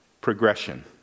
progression